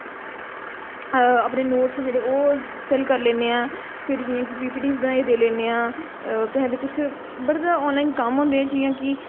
अपने नोट्स जेह्ड़े ओह् सेल करी लैन्ने आं फिर जियां कि पी पी टीस बनाइयै देई लैन्ने आं केह् आखदे कुछ बड़े ज्यादा आनलाइन कम्म होंदे जियां कि